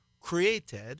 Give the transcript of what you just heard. created